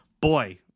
boy